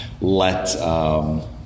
let